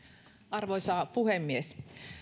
arvoisa puhemies